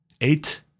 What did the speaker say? eight